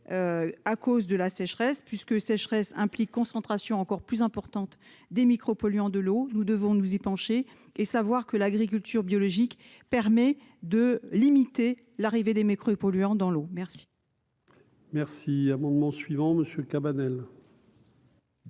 à cause de la sécheresse puisque sécheresse implique concentration encore plus importante des micro-polluants de l'eau, nous devons nous y pencher et savoir que l'agriculture biologique permet de limiter l'arrivée des micros polluants dans l'eau, merci.